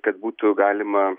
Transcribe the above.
kad būtų galima